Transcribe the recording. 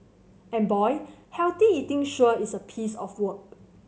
and boy healthy eating sure is a piece of work